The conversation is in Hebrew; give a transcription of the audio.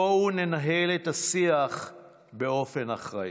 בואו ננהל את השיח באופן אחראי.